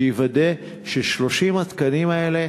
שיוודא ש-30 התקנים האלה,